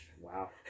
Wow